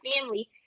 family